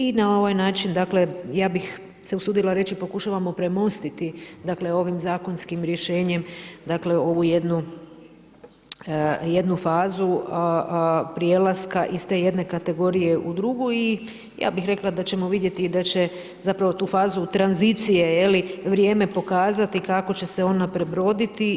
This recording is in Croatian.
I na ovaj način dakle ja bih se usudila reći pokušavamo premostiti ovim zakonskim rješenjem ovu jednu fazu prelaska iz te jedne kategorije u drugu i ja bih rekla da ćemo vidjeti i da će zapravo tu fazu tranzicije vrijeme pokazati kako će se ona prebroditi.